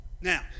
Now